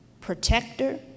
protector